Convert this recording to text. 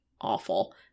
awful